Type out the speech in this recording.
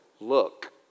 look